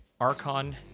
Archon